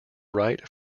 write